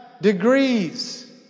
degrees